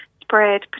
spread